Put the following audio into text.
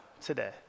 today